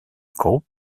group